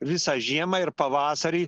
visą žiemą ir pavasarį